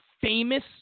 famous